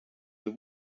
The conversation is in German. eine